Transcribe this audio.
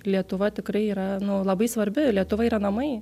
lietuva tikrai yra nu labai svarbi lietuva yra namai